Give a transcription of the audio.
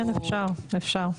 כן, אפשר.